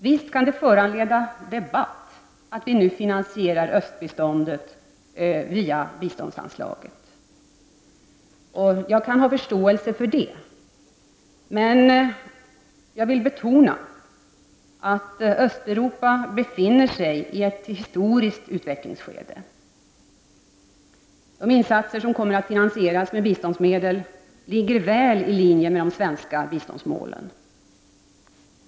Visst kan det föranleda debatt att vi nu finansierar östbiståndet via biståndsanslaget — jag kan ha förståelse för det. Men jag vill betona att Östeuropa befinner sig i ett historiskt utvecklingsskede. De insatser som kommer att finansieras med biståndsmedel ligger väl i linje med de svenska biståndsmålen.